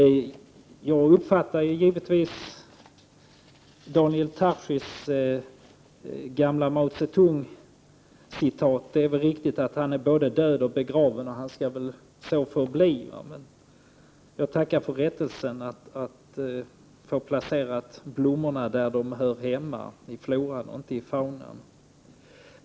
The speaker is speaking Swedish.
Jag uppfattade givetvis Daniel Tarschys gamla Mao Zedong-citat. Det är riktigt att han är både död och begraven, och han skall väl så förbli. Jag tackar för rättelsen, så att blommorna blir placerade där de hör hemma, nämligen i floran och inte i faunan.